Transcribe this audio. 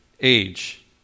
age